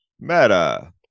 meta